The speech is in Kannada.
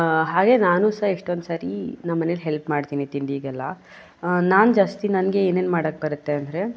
ಹಾಗೇ ನಾನೂ ಸಹ ಎಷ್ಟೋಂದು ಸರಿ ನಮ್ಮ ಮನೇಲ್ ಹೆಲ್ಪ್ ಮಾಡ್ತೀನಿ ತಿಂಡಿಗೆಲ್ಲ ನಾನು ಜಾಸ್ತಿ ನನಗೆ ಏನೇನು ಮಾಡೋಕೆ ಬರುತ್ತೆ ಅಂದರೆ